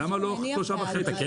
למה לא שלושה וחצי שקלים?